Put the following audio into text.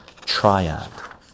triad